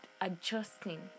adjusting